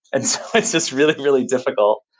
and so it's just really, really difficult.